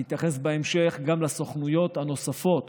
אני אתייחס בהמשך גם לסוכנויות הנוספות